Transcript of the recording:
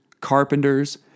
carpenters